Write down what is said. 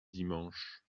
dimanche